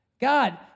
God